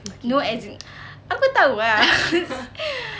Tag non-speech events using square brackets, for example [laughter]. [noise] no as in [noise] aku tahu ah [laughs]